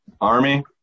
Army